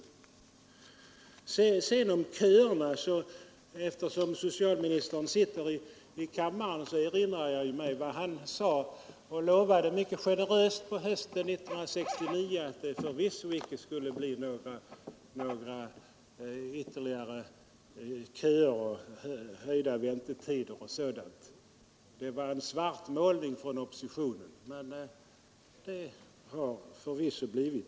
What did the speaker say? Beträffande köerna vill jag eftersom socialministern sitter i kammaren erinra om vad han lovade mycket generöst på hösten 1969, nämligen att